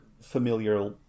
familiar